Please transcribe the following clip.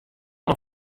oan